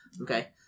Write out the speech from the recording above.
Okay